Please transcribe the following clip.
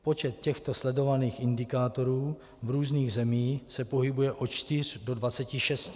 Počet těchto sledovaných indikátorů v různých zemích se pohybuje od 4 do 26.